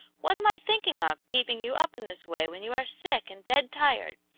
what am i thinking of, keeping you up in this way when you are sick and dead tired!